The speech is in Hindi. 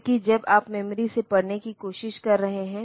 क्योंकि जब आप मेमोरी से पढ़ने की कोशिश कर रहे हैं